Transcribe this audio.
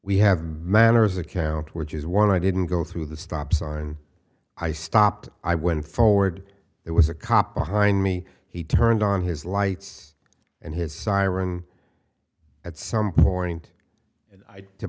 we have manners account which is one i didn't go through the stop sign i stopped i went forward it was a cop behind me he turned on his lights and his siren at some point